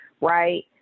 right